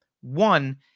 One